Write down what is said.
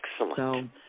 Excellent